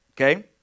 Okay